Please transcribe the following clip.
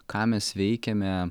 ką mes veikiame